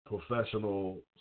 professional